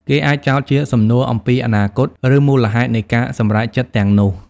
គេអាចចោទជាសំណួរអំពីអនាគត ឬមូលហេតុនៃការសម្រេចចិត្តទាំងនោះ។